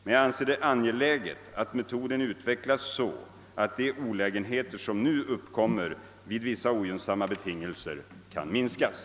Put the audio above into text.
Men jag anser det angeläget att metoden utvecklas så att de olägenheter som nu uppkommer vid vissa ogynnsamma betingelser minskas.